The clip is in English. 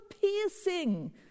piercing